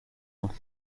ans